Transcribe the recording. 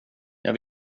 jag